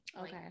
okay